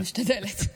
אני משתדלת.